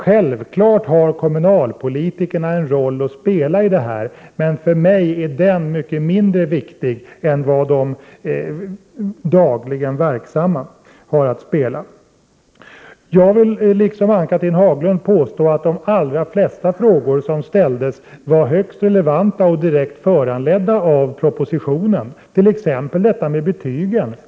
Självfallet har kommunalpolitikerna en roll att spela här, men för mig är det en mycket mindre viktig roll än den som de dagligen verksamma har att spela. Jag liksom Ann-Cathrine Haglund påstår att de allra flesta frågor som ställdes var högst relevanta och direkt föranledda av propositionen, t.ex. detta med betygen.